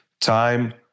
time